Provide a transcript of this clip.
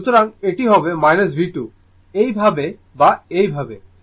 সুতরাং এটি হবে V2 এই ভাবে বা এইভাবে